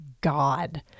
god